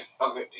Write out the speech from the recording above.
okay